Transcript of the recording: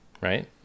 right